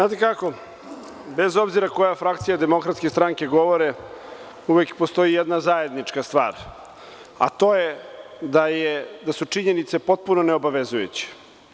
Znate kako, bez obzira koja frakcija DS govori, uvek postoji jedna zajednička stvar, a to je da su činjenice potpuno neobavezujuće.